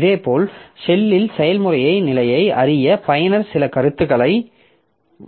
இதேபோல் ஷெல்லில் செயல்முறை நிலையை அறிய பயனர் சில கருத்துக்களை